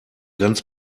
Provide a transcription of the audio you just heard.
ganz